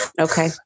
Okay